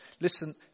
Listen